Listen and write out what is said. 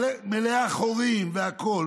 היא מלאה חורים והכול.